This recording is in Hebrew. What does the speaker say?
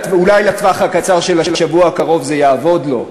אולי לטווח הקצר של השבוע הקרוב זה יעבוד לו,